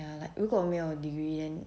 ya like 如果没有 degree then